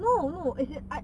no no as in I